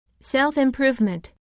self-improvement